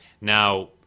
Now